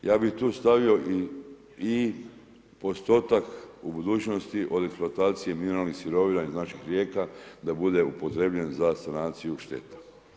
Ja bih tu stavio i postotak u budućnosti od eksploatacije mineralnih sirovina iz naših rijeka da bude upotrjebljen za sanaciju šteta.